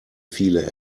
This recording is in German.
viele